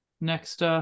next